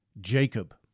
Jacob